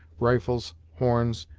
rifles, horns,